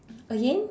again